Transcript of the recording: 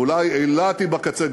אולי אילת היא בקצה,